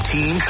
Team